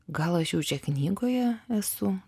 gal aš jau čia knygoje esu